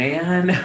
Man